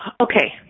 Okay